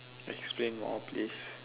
explain more please